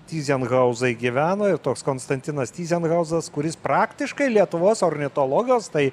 tyzenhauzai gyveno toks konstantinas tyzenhauzas kuris praktiškai lietuvos ornitologijos tai